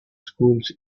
schools